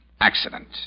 accident